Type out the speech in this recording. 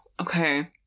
Okay